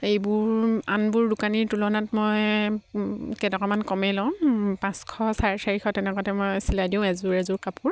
ইবোৰ আনবোৰ দোকানীৰ তুলনাত মই কেইটকামান কমেই লওঁ পাঁচশ চাৰে চাৰিশ তেনেকুৱাতে মই চিলাই দিওঁ এযোৰ এযোৰ কাপোৰ